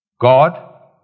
God